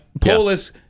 Polis